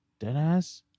Deadass